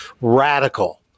radical